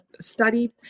studied